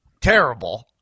terrible